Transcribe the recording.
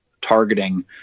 targeting